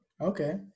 Okay